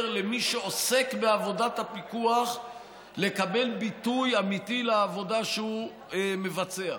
למי שעוסק בעבודת הפיקוח לקבל ביטוי אמיתי לעבודה שהוא מבצע,